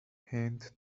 هند